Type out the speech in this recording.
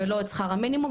ולא את שכר המינימום,